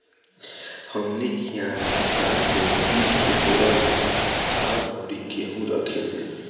हमनी किहा किसान लोग जुट के बोरा में धान अउरी गेहू रखेले